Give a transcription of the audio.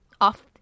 off